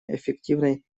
эффективной